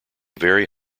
very